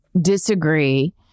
disagree